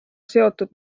seotud